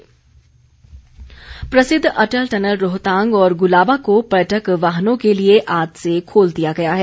अटल tunnel प्रसिद्ध Atal tunnel Rohtang और गुलाबा को पर्यटक वाहनों के लिए आज से खोल दिया गया है